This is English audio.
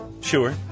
Sure